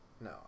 No